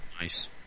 Nice